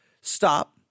stop